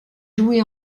joué